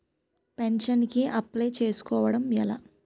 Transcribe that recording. Pension కి apply చేసుకోవడం ఎలా?